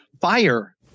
fire